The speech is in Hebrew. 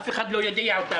אף אחד לא הודיע להם.